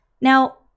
Now